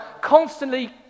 constantly